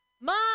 Mom